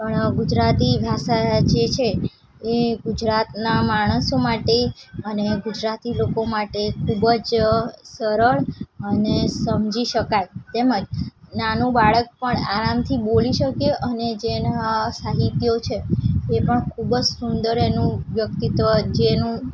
પણ ગુજરાતી ભાષા જે છે એ ગુજરાતના માણસો માટે અને ગુજરાતી લોકો માટે ખૂબ જ સરળ અને સમજી શકાય તેમજ નાનું બાળક પણ આરામથી બોલી શકે અને જેના સાહિત્યો છે એ પણ ખૂબ જ સુંદર એનુ વ્યક્તિત્ત્વ જેનું